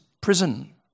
prison